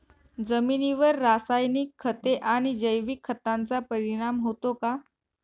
जमिनीवर रासायनिक खते आणि जैविक खतांचा परिणाम होतो का?